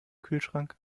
kühlschrank